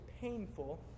painful